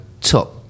top